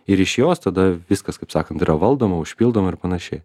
ir iš jos tada viskas kaip sakant yra valdoma užpildoma ir panašiai